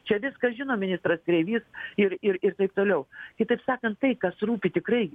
čia viską žino ministras kreivys ir ir ir taip toliau kitaip sakant tai kas rūpi tikrai